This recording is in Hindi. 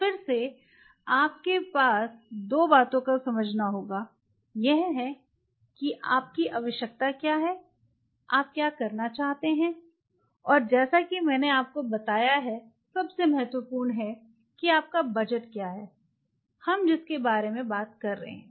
तो फिर से आपको दो बातों को समझना होगा यह हैं आपकी आवश्यकता क्या है आप क्या करना चाहते हैं और जैसा कि मैंने आपको बताया है सबसे महत्वपूर्ण है कि आपका बजट क्या है हम जिसके बारे में बात कर रहे हैं